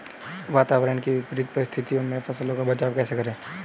वातावरण की विपरीत परिस्थितियों में फसलों का बचाव कैसे करें?